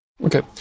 Okay